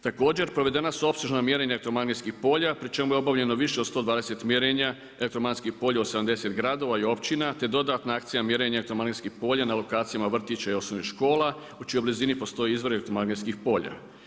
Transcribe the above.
Također provedena su opsežna mjerenja elektromagnetskih polja pri čemu je objavljeno više od 120 mjerenje elektromagnetskih polja u 70 gradova i općina te dodatna akcija mjerenja elektromagnetskih polja na lokacijama vrtića i osnovnih škola u čijoj blizini postoji izvori elektromagnetskih polja.